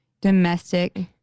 domestic